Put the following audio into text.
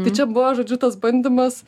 tai čia buvo žodžiu tas bandymas